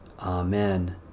Amen